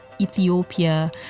Ethiopia